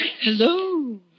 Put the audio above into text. Hello